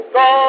go